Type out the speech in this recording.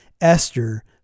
Esther